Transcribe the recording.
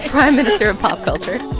prime minister of pop culture